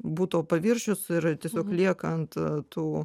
buto paviršius ir tiesiog lieka ant tų